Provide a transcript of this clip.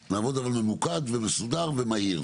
אבל נעבוד ממוקד ומסודר ומהיר,